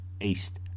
east